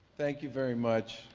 thank you very much,